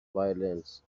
violins